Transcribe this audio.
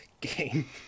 game